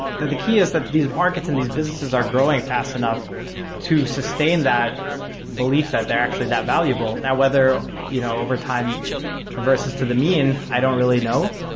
the the key is that these markets and these businesses are growing fast enough to sustain that belief that they're actually that valuable. now, whether you know overtime reverses to the min, i don't really know,